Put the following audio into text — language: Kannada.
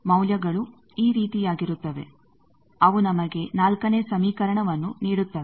ಮೌಲ್ಯಗಳು ಈ ರೀತಿಯಾಗಿರುತ್ತವೆಅವು ನಮಗೆ ನಾಲ್ಕನೇ ಸಮೀಕರಣವನ್ನು ನೀಡುತ್ತವೆ